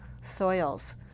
soils